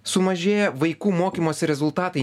sumažėja vaikų mokymosi rezultatai